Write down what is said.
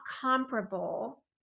comparable